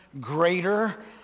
greater